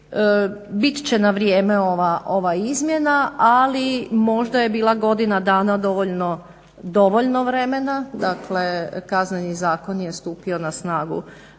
bit će na vrijeme ova izmjena. Ali možda je bila godina dana dovoljno vremena, dakle Kazneni zakon je stupio na snagu